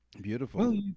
Beautiful